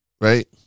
Right